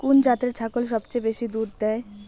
কুন জাতের ছাগল সবচেয়ে বেশি দুধ দেয়?